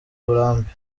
uburambe